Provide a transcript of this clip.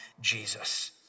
Jesus